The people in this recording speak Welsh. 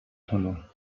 hwnnw